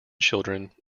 children